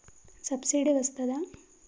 Subsidy వస్తదా?